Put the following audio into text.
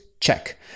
Check